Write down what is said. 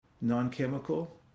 non-chemical